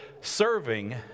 Serving